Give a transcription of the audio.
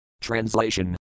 Translation